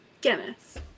Guinness